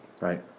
Right